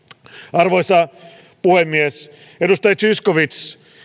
arvoisa puhemies edustaja zyskowicz